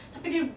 tapi dia